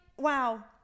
wow